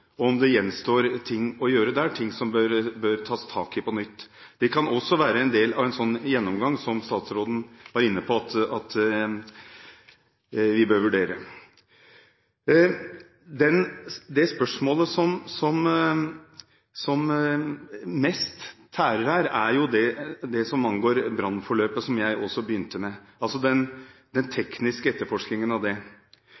og om det gjenstår ting å gjøre der, ting som bør tas tak i på nytt. Det kan også være en del av en sånn gjennomgang som statsråden var inne på at vi bør vurdere. Det spørsmålet som tærer mest her, er det som angår brannforløpet, som jeg også begynte med – den